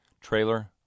Trailer